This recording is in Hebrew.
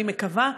אני מקווה,